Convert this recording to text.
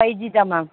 five G தான் ma'am